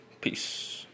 Peace